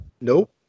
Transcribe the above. Nope